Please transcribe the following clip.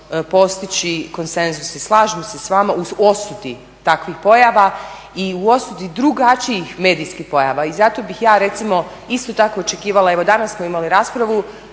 postići konsenzus i slažem se s vama u osudi takvih pojava i u osudi drugačijih medijskih pojava. I zato bih ja recimo isto tako očekivali evo danas smo imali raspravu